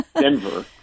Denver